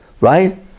right